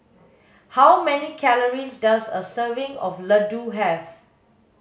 how many calories does a serving of laddu have